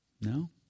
No